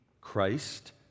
Christ